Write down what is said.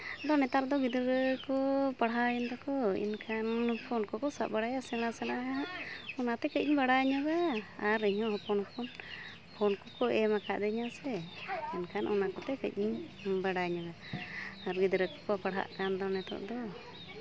ᱟᱫᱚ ᱱᱮᱛᱟᱨ ᱫᱚ ᱜᱤᱫᱽᱨᱟᱹ ᱠᱚ ᱯᱟᱲᱦᱟᱣᱮᱱ ᱫᱚᱠᱚ ᱮᱱᱠᱷᱟᱱ ᱯᱷᱳᱱ ᱠᱚᱠᱚ ᱥᱟᱵ ᱵᱟᱲᱟᱭᱟ ᱥᱮᱬᱟ ᱥᱮᱬᱟ ᱦᱟᱸᱜ ᱚᱱᱟᱛᱮ ᱠᱟᱹᱡ ᱤᱧ ᱵᱟᱲᱟᱭ ᱧᱚᱜᱟ ᱟᱨᱦᱚᱸ ᱦᱚᱯᱚᱱ ᱦᱚᱯᱚᱱ ᱯᱷᱳᱱ ᱠᱚᱠᱚ ᱮᱢ ᱠᱟᱹᱫᱤᱧᱟ ᱥᱮ ᱮᱱᱠᱷᱟᱱ ᱚᱱᱟ ᱠᱚᱛᱮ ᱠᱟᱹᱡ ᱤᱧ ᱵᱟᱲᱟᱭ ᱧᱚᱜᱟ ᱟᱨ ᱜᱤᱫᱽᱨᱟᱹ ᱠᱚᱠᱚ ᱯᱟᱲᱦᱟᱜ ᱠᱟᱱ ᱫᱚ ᱱᱤᱛᱚᱜ ᱫᱚ